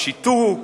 השיתוק,